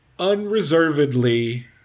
unreservedly